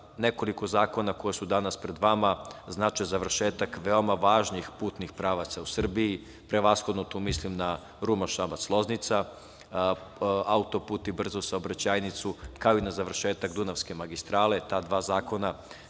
nekoliko zakona koji su danas pred vama znače završetak veoma važnih putnih pravaca u Srbiji, prevashodno tu mislim na Ruma - Šabac - Loznica, autoput i brzu saobraćajnicu, kao i na završetak Dunavske magistrale. Ta dva zakona